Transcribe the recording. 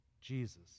Jesus